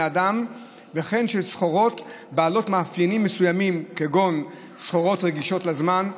אדם וכן של סחורות בעלות מאפיינים מסוימים כגון סחורות רגישות לזמן.